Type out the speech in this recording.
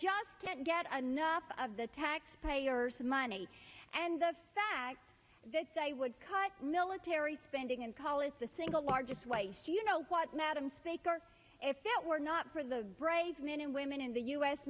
just can't get enough of the taxpayer's money and the fact that they would cut military spending and call it the single largest waste you know what madam speaker if it were not for the brave men and women in the u